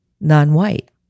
non-white